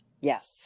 Yes